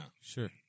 sure